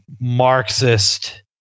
Marxist